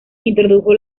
introdujo